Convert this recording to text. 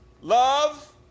love